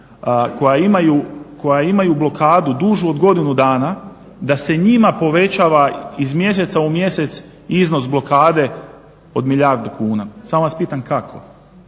koja imaju blokadu dužu od godinu dana da se njima povećava iz mjeseca u mjesec iznos blokade od milijardu kuna. Samo vas pitam kako?